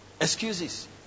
Excuses